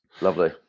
Lovely